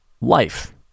life